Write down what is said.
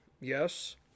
Yes